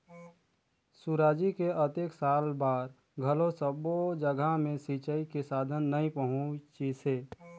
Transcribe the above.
सुराजी के अतेक साल बार घलो सब्बो जघा मे सिंचई के साधन नइ पहुंचिसे